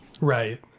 Right